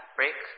break